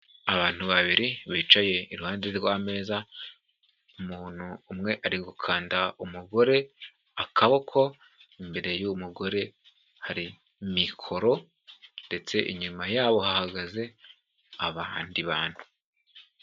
Abantu babiri bicaye iruhande rw'ameza, umuntu umwe ari gukanda umugore akaboko, imbere y'uwo mugore hari mikoro ndetse inyuma yabo hahagaze abandi bantu.